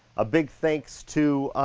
a big thanks to